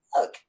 look